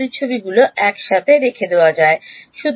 প্রতিচ্ছবিগুলি একসাথে রেখে দেওয়া হয়